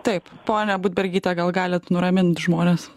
taip ponia budbergyte gal galit nuramint žmones